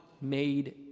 made